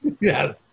Yes